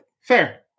Fair